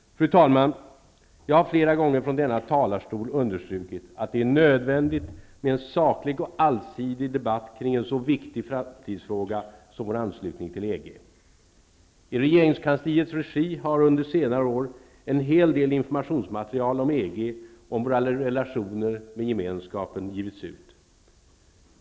Fru talman! Jag har flera gånger från denna talarstol understrukit att det är nödvändigt med en saklig och allsidig debatt kring en så viktig framstidsfråga som vår anslutning till EG. I regeringskansliets regi har under senare år en hel del informationsmaterial om EG och om våra relationer med Gemenskapen givits ut.